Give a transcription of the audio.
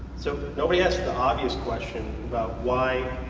so nobody asked the obvious question about why.